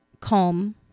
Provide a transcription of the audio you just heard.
calm